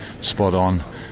spot-on